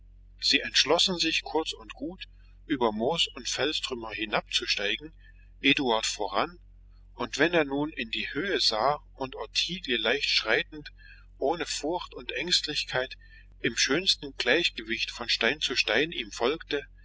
sie entschlossen sich kurz und gut über moos und felstrümmer hinabzusteigen eduard voran und wenn er nun in die höhe sah und ottilie leicht schreitend ohne furcht und ängstlichkeit im schönsten gleichgewicht von stein zu stein ihm folgte